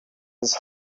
his